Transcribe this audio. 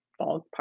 ballpark